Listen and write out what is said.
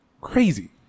Crazy